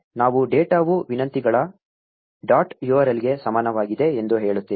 ಈಗ ನಾವು ಡೇಟಾವು ವಿನಂತಿಗಳ ಡಾಟ್ URL ಗೆ ಸಮಾನವಾಗಿದೆ ಎಂದು ಹೇಳುತ್ತೇವೆ